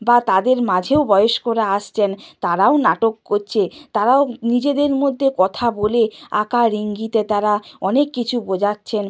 বা তাদের মাঝেও বয়স্করা আসছেন তারাও নাটক করছে তারাও নিজেদের মধ্যে কথা বলে আকার ইঙ্গিতে তারা অনেক কিছু বোঝাচ্ছেন